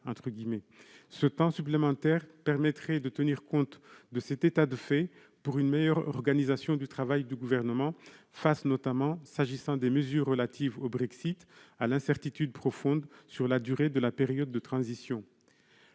Ce temps supplémentaire permettrait de tenir compte de cet état de fait, pour une meilleure organisation du travail du Gouvernement, face, notamment, concernant les mesures relatives au Brexit, à l'incertitude profonde sur la durée de la période de transition.